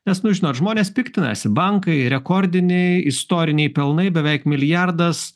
nes nu žinot žmonės piktinasi bankai rekordiniai istoriniai pelnai beveik milijardas